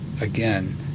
Again